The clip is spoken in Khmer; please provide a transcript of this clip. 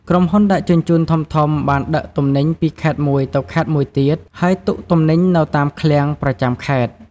ក្រុមហ៊ុនដឹកជញ្ជូនធំៗបានដឹកទំនិញពីខេត្តមួយទៅខេត្តមួយទៀត ហើយទុកទំនិញនៅតាមឃ្លាំងប្រចាំខេត្ត។